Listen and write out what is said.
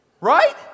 Right